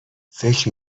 فکر